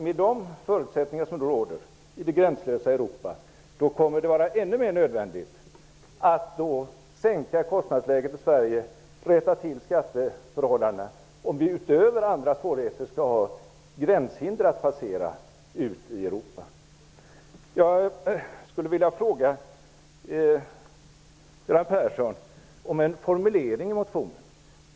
Med de förutsättningar som då råder i det gränslösa Europa kommer det att vara ännu mer nödvändigt att sänka kostnadsläget i Sverige och rätta till skatteförhållandena, om vi utöver andra svårigheter skall ha gränshinder att passera på väg ut i Europa. Jag skulle vilja fråga Göran Persson om en formulering i motionen.